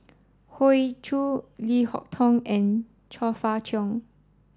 Hoey Choo Leo Hee Tong and Chong Fah Cheong